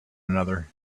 another